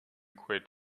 quid